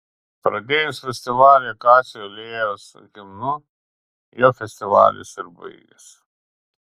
pradėjus festivalį akacijų alėjos himnu juo festivalis ir baigėsi